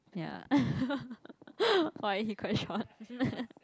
ya why he quite short